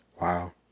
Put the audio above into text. Wow